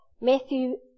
Matthew